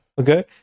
okay